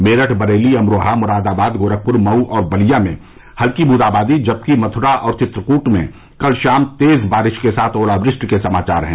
मेरठ बरेली अमरोहा मुरादाबाद गोरखपुर मऊ और बलिया में हल्की बूंदाबादी जबकि मथुरा और चित्रकूट में कल शाम तेज बारिश के साथ ओलावृष्टि के समाचार हैं